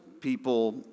People